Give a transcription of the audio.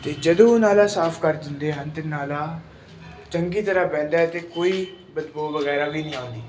ਅਤੇ ਜਦੋਂ ਉਹ ਨਾਲਾ ਸਾਫ ਕਰ ਦਿੰਦੇ ਹਨ ਅਤੇ ਨਾਲਾ ਚੰਗੀ ਤਰ੍ਹਾਂ ਵਹਿੰਦਾ ਹੈ ਅਤੇ ਕੋਈ ਬਦਬੂ ਵਗੈਰਾ ਵੀ ਨਹੀਂ ਆਉਂਦੀ